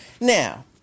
Now